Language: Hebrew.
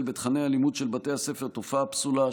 בתוכני הלימוד של בתי הספר תופעה פסולה,